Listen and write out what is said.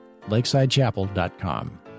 lakesidechapel.com